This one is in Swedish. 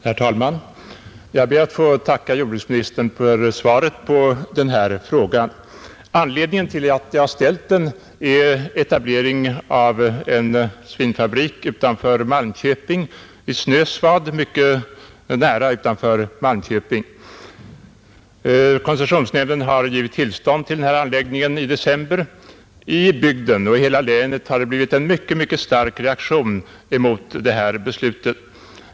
Herr talman! Jag ber att få tacka jordbruksministern för svaret på min fråga. Anledningen till att jag ställt den är etableringen av en svinfabrik i Snösvad strax utanför Malmköping. Koncessionsnämnden har i december givit tillstånd till denna anläggning. I bygden och i hela länet har reaktionen mot detta beslut blivit mycket stark.